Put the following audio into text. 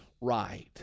right